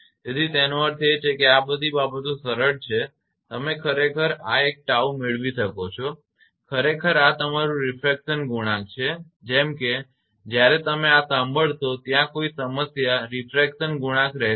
તેથી તેનો અર્થ એ છે કે આ બધી બાબતો સરળ છે કે તમે ખરેખર આ એક 𝜏 મેળવી શકો છો ખરેખર આ તમારું રીફ્રેક્શન ગુણાંક છે જેમ કે જ્યારે તમે આ સાંભળશો ત્યાં કોઈ સમસ્યા રીફ્રેક્શન ગુણાંક રહેશે નહી